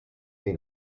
dei